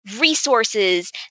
Resources